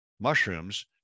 mushrooms